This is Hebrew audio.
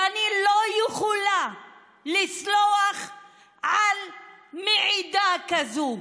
ואני לא יכולה לסלוח על מעידה כזאת.